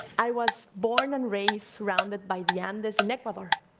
i was born and raised surrounding by the andes in ecuador,